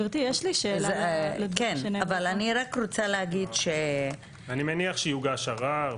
אני מגיש שיוגש ערר,